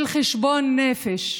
של חשבון נפש,